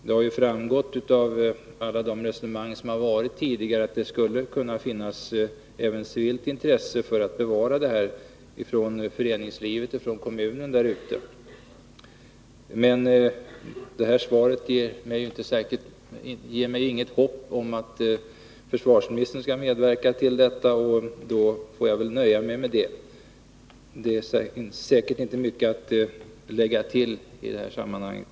Det har framgått av alla de resonemang som varit tidigare att det skulle kunna finnas även ett civilt intresse, från föreningslivet och kommunen, av att bevara slottet. Svaret ger mig inget hopp om att försvarsministern skall medverka till detta, och då får jag nöja mig med det. Det är inte mycket att tillägga i sammanhanget.